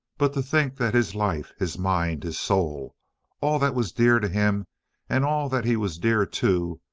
but to think that his life his mind his soul all that was dear to him and all that he was dear to,